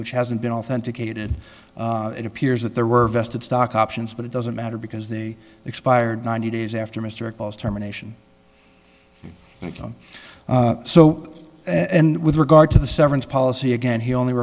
which hasn't been authenticated it appears that there were vested stock options but it doesn't matter because the expired ninety days after mr eccles terminations become so and with regard to the severance policy again he only